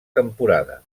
temporada